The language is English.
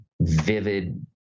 vivid